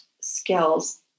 skills